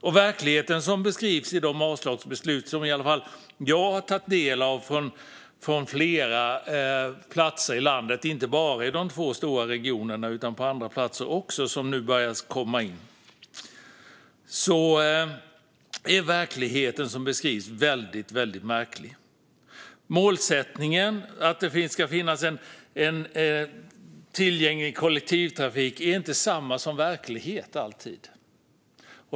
Den verklighet som beskrivs i de avslagsbeslut som nu börjar komma in från flera platser i landet, inte bara i de två stora regionerna utan även andra platser, och som jag har tagit del av är väldigt märklig. Målsättningen att det ska finnas en tillgänglig kollektivtrafik är inte alltid verklighet.